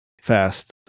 fast